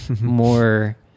more